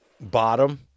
bottom